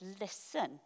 listen